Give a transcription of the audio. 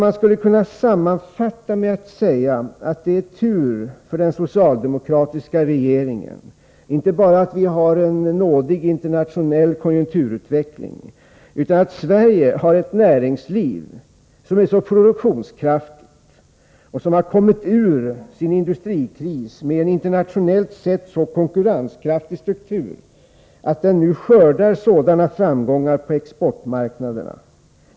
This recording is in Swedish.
Man skulle kunna sammanfatta med att säga, att det är tur för den socialdemokratiska regeringen inte bara att vi har en nådig internationell konjunkturutveckling, utan också att Sverige har ett näringsliv som är så produktionskraftigt och som har kommit ur industrikrisen med en internationellt sett så konkurrenskraftig struktur att det blir sådana framgångar på exportmarknaderna.